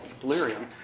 delirium